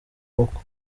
gukwa